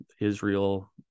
Israel